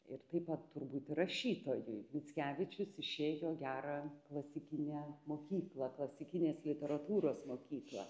ir taip pat turbūt ir rašytojui mickevičius išėjo gerą klasikinę mokyklą klasikinės literatūros mokyklą